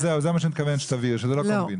זה מה שאני מתכוון שתבהירי, שזה לא קומבינה.